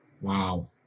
wow